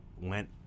went